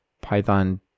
Python